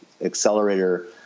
accelerator